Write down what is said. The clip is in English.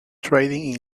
trading